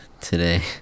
today